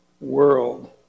world